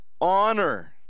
honor